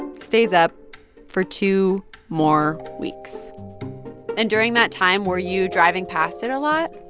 stays up for two more weeks and during that time, were you driving past it a lot?